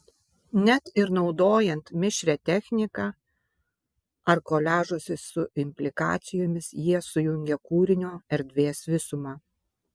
net ir naudojant mišrią techniką ar koliažuose su implikacijomis jie sujungia kūrinio erdvės visumą